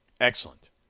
Excellent